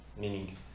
Meaning